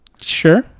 Sure